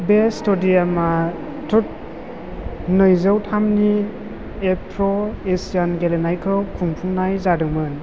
बे स्टेडियामआव ट्रुप नैजौ थामनि एफ्रो एशियान गेलेनायखौ खुंफुंनाय जादोंमोन